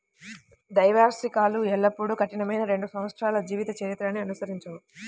ద్వైవార్షికాలు ఎల్లప్పుడూ కఠినమైన రెండు సంవత్సరాల జీవిత చక్రాన్ని అనుసరించవు